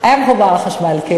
היה מחובר לחשמל?